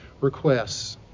requests